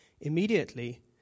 Immediately